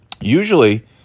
Usually